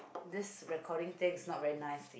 this recording thing is not very nice